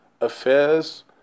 affairs